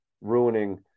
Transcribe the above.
ruining